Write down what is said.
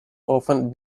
often